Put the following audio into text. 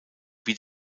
wie